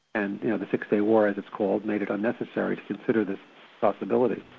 and you know the six day war, as it's called, made it unnecessary to consider this possibility.